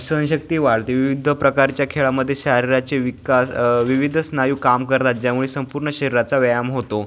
सहनशक्ती वाढते विविध प्रकारच्या खेळामध्ये शरीराचे विकास विविध स्नायू काम करतात ज्यामुळे संपूर्ण शरीराचा व्यायाम होतो